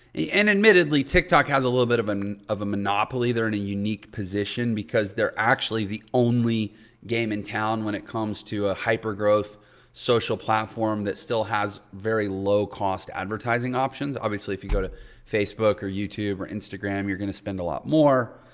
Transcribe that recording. and admittedly tiktok has a little bit of a, um of a monopoly. they're in a unique position because they're actually the only game in town when it comes to a hypergrowth social platform that still has very low cost advertising options. obviously, if you go to facebook or youtube or instagram, you're going to spend a lot more.